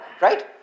Right